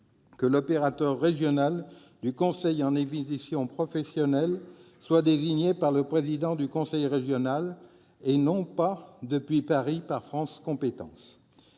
que l'opérateur régional du conseil en évolution professionnelle soit désigné par le président du conseil régional et non, depuis Paris, par France compétences.